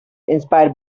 inspired